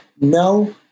no